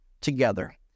together